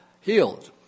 healed